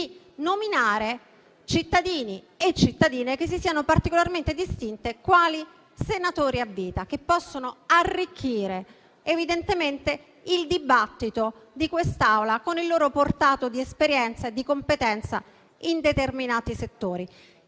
nominare cittadini e cittadine che si siano particolarmente distinti quali senatori a vita, che possono arricchire il dibattito di quest'Aula con il loro portato di esperienza e di competenza in determinati settori.